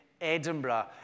Edinburgh